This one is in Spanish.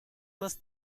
más